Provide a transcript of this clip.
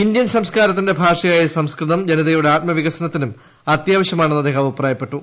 Indian സംസ്ക്കാരത്തിന്റെ ഭാഷയായ സംസ്കൃതം ജനതയുടെ ആത്മവികസനത്തിനും അത്യാവശ്യമാണെന്ന് അദ്ദേഹം അഭിപ്രായപ്പെട്ടു